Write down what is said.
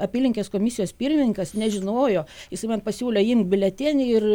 apylinkės komisijos pirmininkas nežinojo jisai man pasiūlė imt biuletenį ir